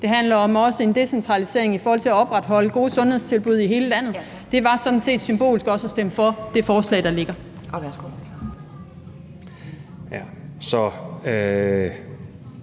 kvalitet og også om en decentralisering i forhold til at opretholde gode sundhedstilbud i hele landet, var sådan set symbolsk at stemme for det forslag, der ligger.